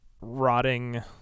rotting